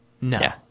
No